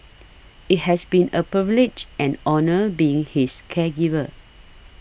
it has been a privilege and honour being his caregiver